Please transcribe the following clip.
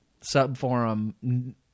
sub-forum